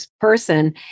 person